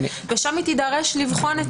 ושם היא תידרש לבחון.